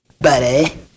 Buddy